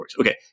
okay